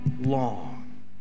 long